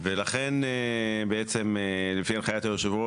ולכן בעצם לפי הנחיית היושב ראש,